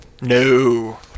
No